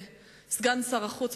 סגן שר החוץ.